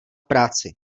práci